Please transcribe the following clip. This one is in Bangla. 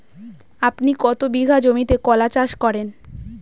আপনি কত বিঘা জমিতে কলা চাষ করেন?